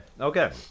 okay